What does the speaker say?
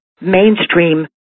mainstream